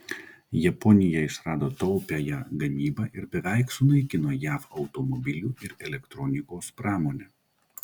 japonija išrado taupiąją gamybą ir beveik sunaikino jav automobilių ir elektronikos pramonę